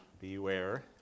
beware